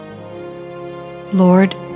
Lord